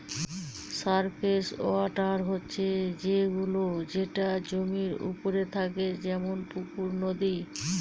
surface water হচ্ছে সে গুলো যেটা জমির ওপরে থাকে যেমন পুকুর, নদী